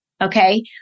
Okay